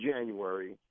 January